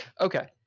Okay